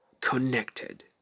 connected